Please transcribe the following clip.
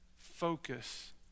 Focus